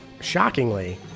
shockingly